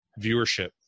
viewership